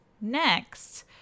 next